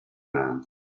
man